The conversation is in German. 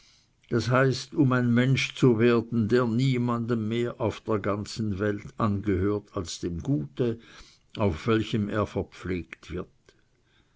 d h um ein mensch zu werden der niemandem mehr auf der ganzen welt angehört als dem gut auf welchem er verpflegt wird